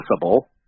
possible